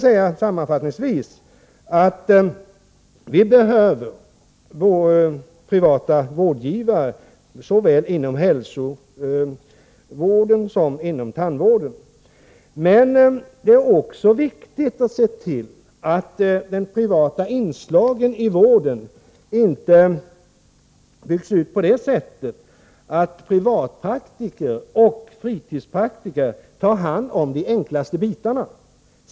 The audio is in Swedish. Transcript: Sammanfattningsvis vill jag säga att vi behöver privata vårdgivare, såväl inom hälsovården som inom tandvården: Men det är också viktigt att se till att de privata inslagen i vården inte byggs ut på det sättet att privatpraktiker och fritidspraktiker tar hand om de enklaste: bitarna.